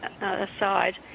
aside